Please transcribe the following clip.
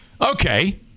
Okay